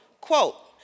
quote